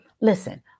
listen